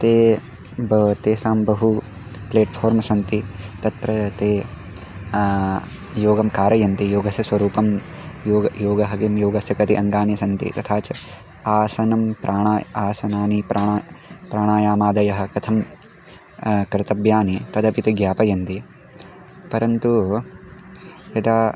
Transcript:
ते ब तेषां बहु प्लेट्फ़ोर्ं सन्ति तत्र ते योगं कारयन्ति योगस्य स्वरूपं योगः योगः किं योगस्य कति अङ्गानि सन्ति तथा च आसनं प्राणाः आसनानि प्राणाः प्राणायामादयः कथं कर्तव्यानि तदपि ते ज्ञापयन्ति परन्तु यदा